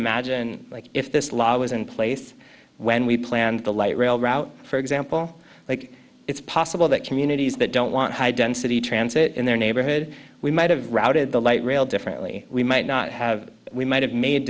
imagine like if this law was in place when we planned the light rail route for example like it's possible that communities that don't want high density transit in their neighborhood we might have routed the light rail differently we might not have we might have made